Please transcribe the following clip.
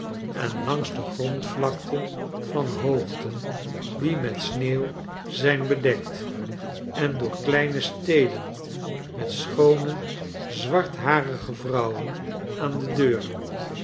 en langs de grond vlakte van hoogten die met sneeuw zijn bedekt en door kleine steden met schoone zwartharige vrouwen aan de deuren